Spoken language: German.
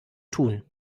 tun